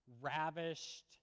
ravished